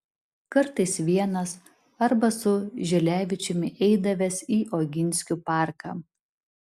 kartais vienas arba su žilevičiumi eidavęs į oginskių parką